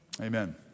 amen